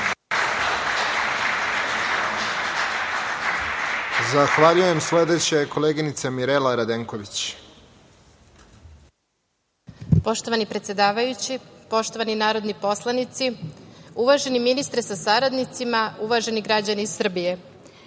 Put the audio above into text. Zahvaljujem. Sledeća je koleginica Mirela Radenković.